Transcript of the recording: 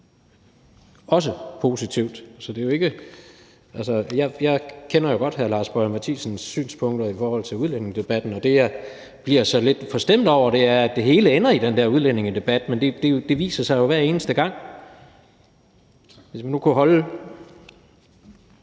også positivt. Altså, jeg kender jo godt hr. Lars Boje Mathiesens synspunkter i forhold til udlændingedebatten, og det, jeg så bliver lidt forstemt over, er, at det hele ender i den der udlændingedebat. Men det viser sig jo at ske hver eneste gang. Kl. 16:26 Fjerde